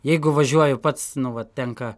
jeigu važiuoju pats nu vat tenka